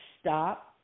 stop